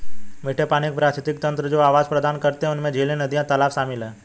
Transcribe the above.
मीठे पानी के पारिस्थितिक तंत्र जो आवास प्रदान करते हैं उनमें झीलें, नदियाँ, तालाब शामिल हैं